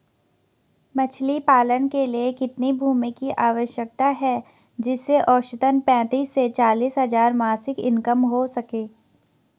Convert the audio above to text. मछली पालन के लिए कितनी भूमि की आवश्यकता है जिससे औसतन पैंतीस से चालीस हज़ार मासिक इनकम हो सके?